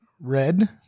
Red